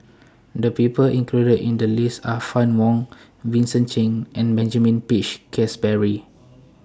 The People included in The list Are Fann Wong Vincent Cheng and Benjamin Peach Keasberry